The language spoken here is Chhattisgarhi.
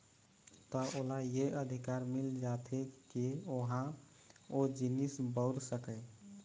त ओला ये अधिकार मिल जाथे के ओहा ओ जिनिस बउर सकय